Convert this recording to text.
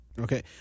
Okay